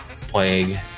plague